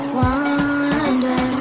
wonder